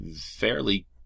fairly